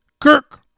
Kirk